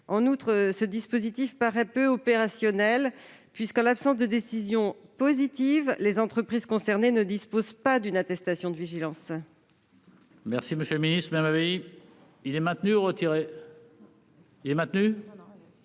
En outre, ce dispositif paraît peu opérationnel, car, en l'absence d'une décision positive, les entreprises concernées ne disposent pas d'une attestation de vigilance.